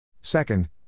Second